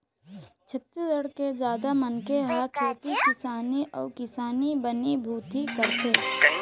छत्तीसगढ़ के जादा मनखे ह खेती किसानी अउ किसानी बनी भूथी करथे